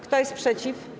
Kto jest przeciw?